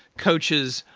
coaches,